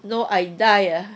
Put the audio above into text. no I die